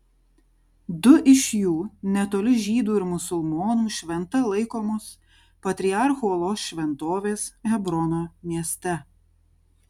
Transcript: du iš jų netoli žydų ir musulmonų šventa laikomos patriarchų olos šventovės hebrono mieste